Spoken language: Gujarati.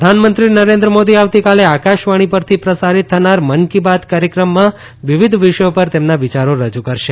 મન કી બાત પ્રધાનમંત્રી નરેન્દ્ર મોદી આવતીકાલે આકાશવાણી પરથી પ્રસારિત થનાર મન કી બાત કાર્યક્રમમાં વિવિધ વિષયો પર તેમના વિચારો રજુ કરશે